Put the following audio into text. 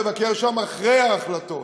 לבקר שם אחרי ההחלטות.